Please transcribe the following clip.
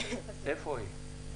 איפה היא?